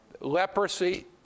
Leprosy